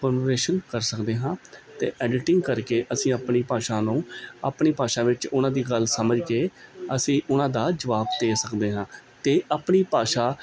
ਪਰਵੇਸ਼ਨ ਕਰ ਸਕਦੇ ਹਾਂ ਅਤੇ ਐਡੀਟਿੰਗ ਕਰਕੇ ਅਸੀਂ ਆਪਣੀ ਭਾਸ਼ਾ ਨੂੰ ਆਪਣੀ ਭਾਸ਼ਾ ਵਿੱਚ ਉਹਨਾਂ ਦੀ ਗੱਲ ਸਮਝ ਕੇ ਅਸੀਂ ਉਹਨਾਂ ਦਾ ਜਵਾਬ ਦੇ ਸਕਦੇ ਹਾਂ ਅਤੇ ਆਪਣੀ ਭਾਸ਼ਾ